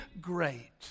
great